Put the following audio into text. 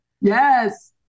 Yes